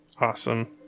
Awesome